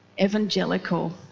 Evangelical